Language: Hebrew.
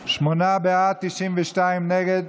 בעד, 92 נגד.